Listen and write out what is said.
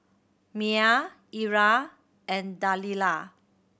Myah Ira and Delilah